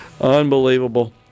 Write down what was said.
Unbelievable